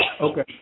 Okay